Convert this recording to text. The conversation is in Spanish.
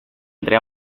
entre